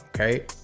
Okay